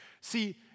See